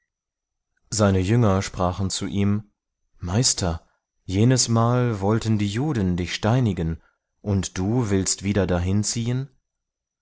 seine jünger sprachen zu ihm meister jenes mal wollten die juden dich steinigen und du willst wieder dahin